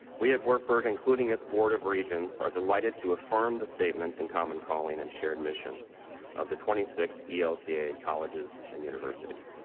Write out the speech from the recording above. we at wartburg, including its board of regents, are delighted to affirm the statement and common calling and shared mission of the twenty six elca colleges and universities.